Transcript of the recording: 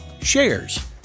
Shares